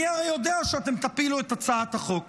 אני הרי יודע שאתם תפילו את הצעת החוק.